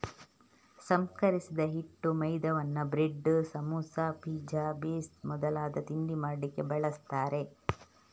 ಸಂಸ್ಕರಿಸಿದ ಹಿಟ್ಟು ಮೈದಾವನ್ನ ಬ್ರೆಡ್, ಸಮೋಸಾ, ಪಿಜ್ಜಾ ಬೇಸ್ ಮೊದಲಾದ ತಿಂಡಿ ಮಾಡ್ಲಿಕ್ಕೆ ಬಳಸ್ತಾರೆ